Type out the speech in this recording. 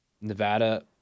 Nevada